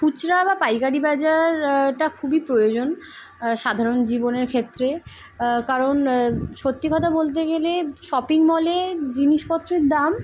খুচরা বা পাইকারি বাজার টা খুবই প্রয়োজন সাধারণ জীবনের ক্ষেত্রে কারণ সত্যি কথা বলতে গেলে শপিং মলে জিনিসপত্রের দাম